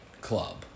Club